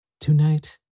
Tonight